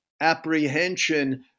apprehension